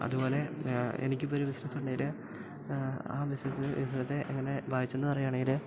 അതു പോലെ എനിക്കിപ്പോഴൊരു ബിസിനസ്സുണ്ടെങ്കിൽ ആ ബിസിനസ്സിനെ ബിസിനത്തെ എങ്ങനെ ബാധിച്ചെന്നു പറയുകയാണെങ്കിൽ